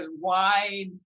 wide